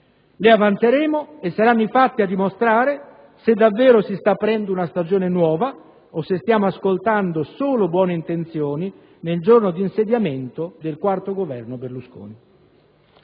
Le avanzeremo e saranno i fatti a dimostrare se davvero si sta aprendo una stagione nuova o se stiamo ascoltando solo buone intenzioni nel giorno di insediamento del IV Governo Berlusconi.